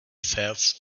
sells